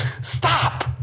stop